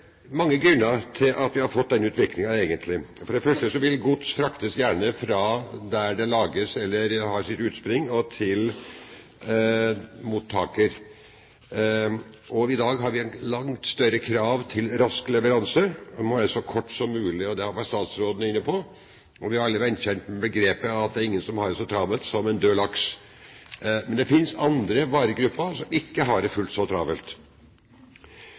mange grunner til at vi har fått denne utviklingen, for det første at gods fraktes fra der det lages, eller har sitt utspring, og til mottaker. I dag har vi et langt større krav til rask leveranse – den må være så kort som mulig. Det var statsråden inne på. Og vi kjenner vel alle begrepet at det er ingen som har det så travelt som en død laks. Men det finnes andre varegrupper som ikke har det fullt så travelt.